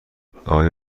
آیا